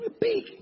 big